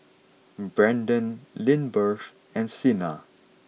Brandon Lindbergh and Sina